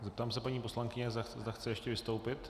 Zeptám se paní poslankyně, zda chce ještě vystoupit.